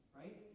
right